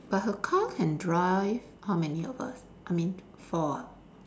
but her car can drive how many of us I mean four ah